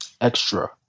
extra